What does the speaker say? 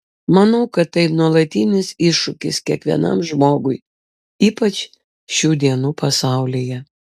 manau kad tai nuolatinis iššūkis kiekvienam žmogui ypač šių dienų pasaulyje